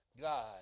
God